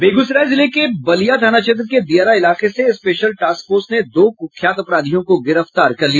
बेगूसराय जिले के बलिया थाना क्षेत्र के दियारा इलाके से स्पेशल टास्क फोर्स ने दो कुख्यात अपराधियों को गिरफ्तार किया